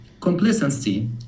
complacency